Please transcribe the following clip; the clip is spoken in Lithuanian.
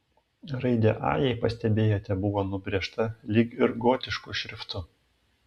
raidė a jei pastebėjote buvo nubrėžta lyg ir gotišku šriftu